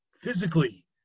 physically